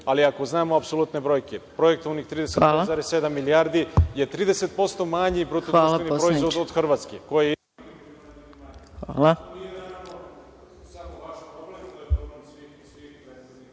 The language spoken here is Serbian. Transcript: ali ako znamo apsolutne brojke, projektovanih 30,7 milijardi je 30% manji bruto društveni proizvod od Hrvatske. **Maja